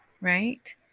right